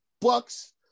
Bucks